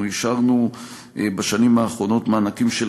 אנחנו אישרנו בשנים האחרונות מענקים של